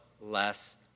less